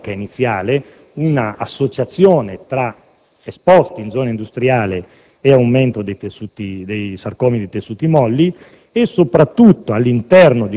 proprio secondo quella che era l'ottica iniziale: una associazione tra esposti in zona industriale e aumento dei sarcomi nei tessuti molli.